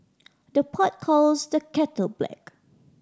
the pot calls the kettle black